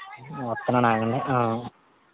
వత్తునానాగండి